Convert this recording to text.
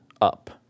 up